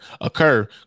Occur